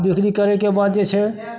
बिक्री करैके बाद जे छै